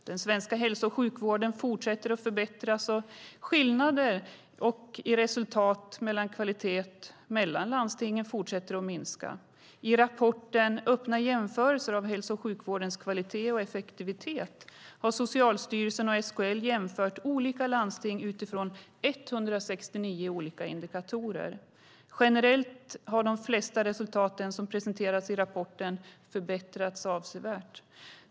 Den svenska hälso och sjukvården fortsätter att förbättras, och skillnaderna i resultat och kvalitet mellan landstingen fortsätter att minska. I rapporten Öppna jämförelser av hälso och sjukvårdens kvalitet och effektivitet har Socialstyrelsen och SKL jämfört olika landsting utifrån 169 olika indikatorer. Generellt har de flesta resultat som presenterats i rapporten förbättrats avsevärt.